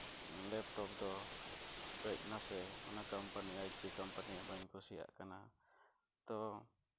laptop ᱫᱚ ᱠᱟᱺᱪ ᱱᱟᱥᱮ ᱚᱱᱟ ᱠᱚᱢᱯᱟᱱᱤ ᱟᱭᱤᱪ ᱯᱤ ᱠᱚᱢᱯᱟᱱᱤᱭᱟᱜ ᱵᱟᱹᱧ ᱠᱩᱥᱤᱭᱟᱜ ᱠᱟᱱᱟ ᱛᱚ